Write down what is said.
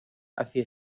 hacia